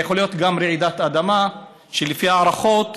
זה יכול להיות גם רעידת אדמה, ולפי הערכות